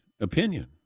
opinion